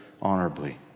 honorably